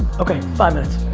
okay, five minutes.